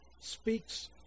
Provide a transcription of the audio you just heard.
speaks